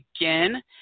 again